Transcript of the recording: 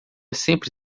sempre